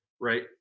right